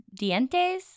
Dientes